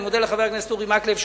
אני מודה לחבר הכנסת אורי מקלב,